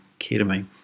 ketamine